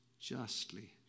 justly